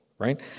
Right